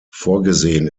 vorgesehen